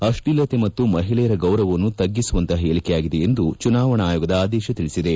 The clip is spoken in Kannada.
ಅಶ್ಲೀಲತೆ ಮತ್ತು ಮಹಿಳೆಯರ ಗೌರವವನ್ನು ತಗ್ಗಿಸುವಂತಹ ಹೇಳಿಕೆಯಾಗಿದೆ ಎಂದು ಚುನಾವಣಾ ಆಯೋಗದ ಆದೇಶ ತಿಳಿಸಿದೆ